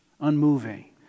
unmoving